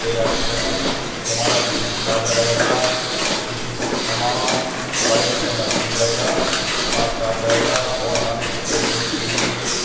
تیراکی کریں تو ہمارا جسم بھی تازہ رہے گا جسم تمام وائرس سے محفوظ رہے گا پاک صاف رہے گا اور ہمارے پھیپھڑوں کے لیے